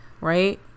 right